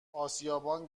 اسیابان